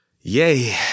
yay